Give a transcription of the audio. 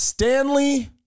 Stanley